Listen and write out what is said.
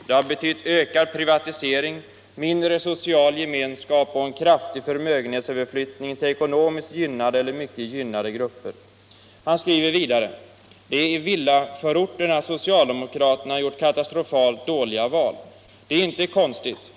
Det har betytt ökad privatisering, mindre social gemenskap och en kraftig förmögenhetsöverflyttning till ekonomiskt gynnade eller mycket gynnade grupper.” Han skriver vidare: ”Det är i villaförorterna socialdemokraterna gjort katastrofalt dåliga val. Det är inte konstigt.